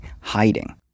hiding